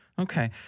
Okay